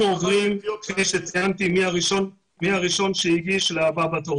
אנחנו עוברים מהראשון שהגיש לבא אחריו.